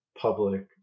public